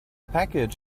package